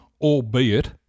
albeit